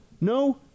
No